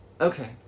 Okay